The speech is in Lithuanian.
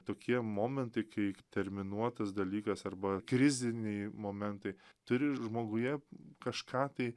tokie momentai kaip terminuotas dalykas arba kriziniai momentai turi žmoguje kažką tai